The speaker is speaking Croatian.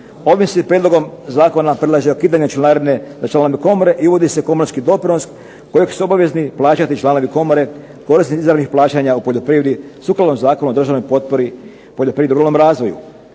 Ovim se prijedlogom zakona predlaže ukidanje članarine …/Ne razumije se./… i uvodi se komorski doprinos kojeg su obavezni plaćati članovi komore, korisnici …/Ne razumije se./… plaćanja u poljoprivredi, sukladno Zakonu o državnoj potpori poljoprivrednom